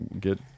get